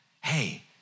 Hey